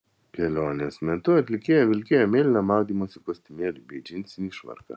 kelionės metu atlikėja vilkėjo mėlyną maudymosi kostiumėlį bei džinsinį švarką